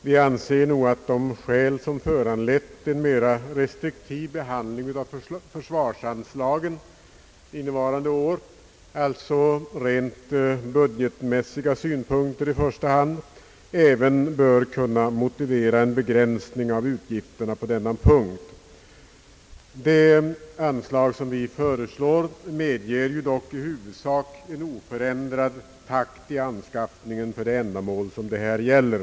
Vi anser nog, att de skäl som föranleder en mera restriktiv behandling av försvarsanslagen innevarande år — alltså rent budgetmässiga synpunkter i första hand — även bör kunna motivera en begränsning av utgifterna på denna punkt. Det anslag som vi föreslår medger dock i huvudsak en oförändrad takt i anskaffningarna för de ändamål som det här gäller.